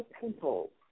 people